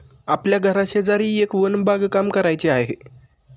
आपल्या घराशेजारी एक वन बागकाम करायचे आहे